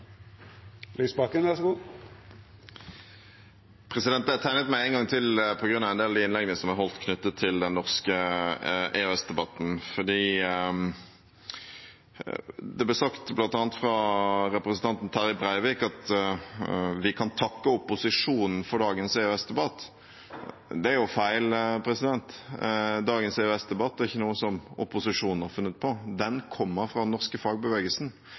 Jeg tegnet meg en gang til på grunn av en del av de innleggene som er holdt knyttet til den norske EØS-debatten. Det ble sagt, bl.a. fra representanten Terje Breivik, at vi kan takke opposisjonen for dagens EØS-debatt. Det er feil. Dagens EØS-debatt er ikke noe som opposisjonen har funnet på, den kommer fra den norske fagbevegelsen.